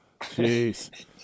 Jeez